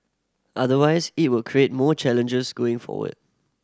otherwise it will create more challenges going forward